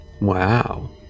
wow